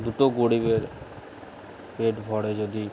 দুটো গরীবের পেট ভরে যদি